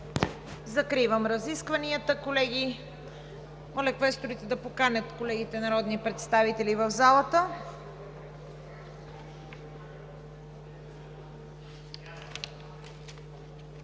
Закривам разискванията. Моля, квесторите да поканят колегите народни представители в залата.